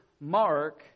mark